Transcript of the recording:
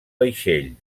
vaixell